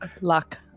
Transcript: luck